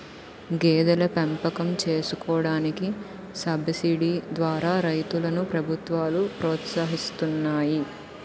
గేదెల పెంపకం చేసుకోడానికి సబసిడీ ద్వారా రైతులను ప్రభుత్వాలు ప్రోత్సహిస్తున్నాయి